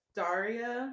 daria